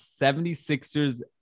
76ers